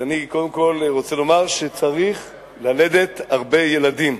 אני קודם כול רוצה לומר שצריך ללדת הרבה ילדים,